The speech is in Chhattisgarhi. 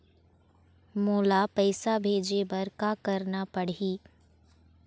मोला पैसा भेजे बर का करना पड़ही?